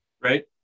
Right